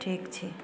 ठीक छै